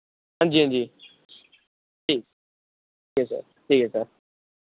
हांजी हांजी ठीक ठीक ऐ सर